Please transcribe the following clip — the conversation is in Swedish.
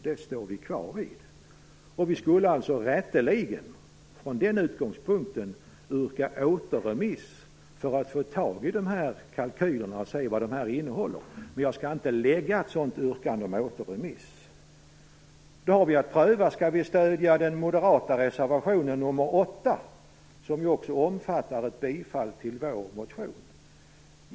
Från den utgångspunkten skulle vi alltså rätteligen yrka återremiss, för att få tag i dessa kalkyler och se vad de innehåller. Men jag skall inte lägga något yrkande om återremiss. Vi motionärer har prövat om vi skall stödja den moderata reservationen, nr 8, som också omfattar ett bifall till vår motion.